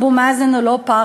שאבו מאזן הוא לא פרטנר.